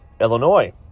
Illinois